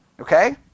Okay